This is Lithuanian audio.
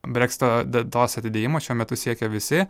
breksito datos atidėjimo šiuo metu siekia visi